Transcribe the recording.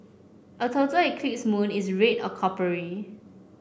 a total eclipse moon is red or coppery